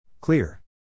Clear